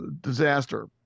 disaster